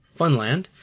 Funland